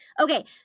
Okay